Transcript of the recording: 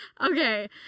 okay